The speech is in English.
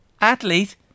athlete